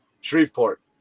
Shreveport